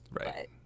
Right